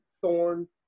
Thorn